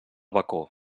bacó